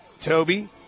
Toby